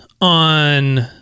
on